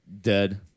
dead